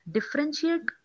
Differentiate